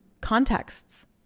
contexts